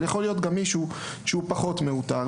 אבל יכול להיות גם מישהו שהוא פחות מעוטר,